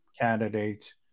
candidate